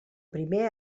primer